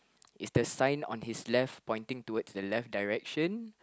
is the sign on his left pointing towards the left direction